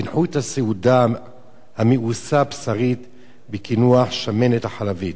קינחו את הסעודה המאוסה הבשרית בקינוח שמנת החלבית".